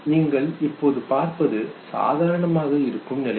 நீங்கள் இப்போது பார்ப்பது சாதாரணமாக இருக்கும் நிலை